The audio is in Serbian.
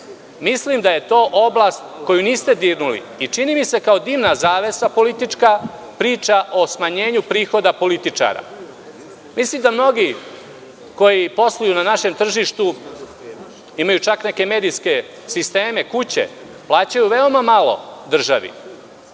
Mislim da je to oblast koju niste dirnuli i čini mi se kao dimna zavesa politička priča o smanjenju prihoda političara. Mislim da mnogi koji posluju na našem tržištu imaju čak neke medijske sisteme, kuće. Plaćaju veoma malo državi,